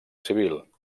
civil